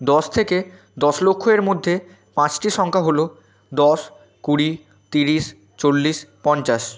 দশ থেকে দশ লক্ষ এর মধ্যে পাঁচটি সংখ্যা হলো দশ কুড়ি তিরিশ চল্লিশ পঞ্চাশ